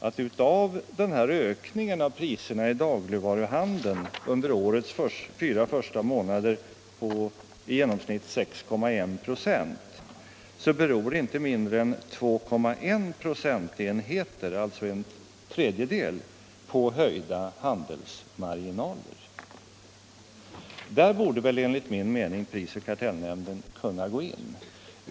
Av ökningen av priserna i dagligvaruhandeln under årets fyra första månader på i genomsnitt 6,1 96 beror inte mindre än 2,1 procentenheter, alltså en tredjedel, på höjda handelsmarginaler. Där borde enligt min mening prisoch kartellnämnden kunna gå in.